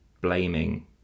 blaming